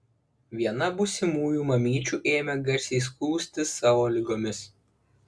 viena būsimųjų mamyčių ėmė garsiai skųstis savo ligomis